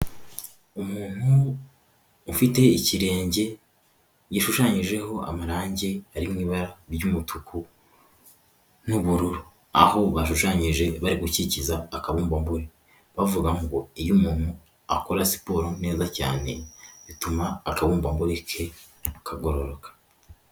Umuntu ufite ikirenge gishushanyijeho amarangi ari mu ibara ry'umutuku n'ubururu aho bashushanyije bari gukikiza akabumbango, bavuga ngo iyo umuntu akora siporo neza cyane bituma akabumbango ke kagororoka.